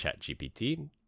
ChatGPT